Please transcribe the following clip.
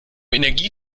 energie